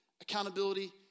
accountability